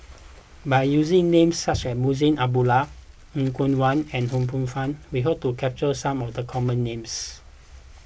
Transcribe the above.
by using names such as Munshi Abdullah Er Kwong Wah and Ho Poh Fun we hope to capture some of the common names